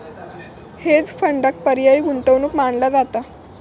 hedge फंडांक पर्यायी गुंतवणूक मानला जाता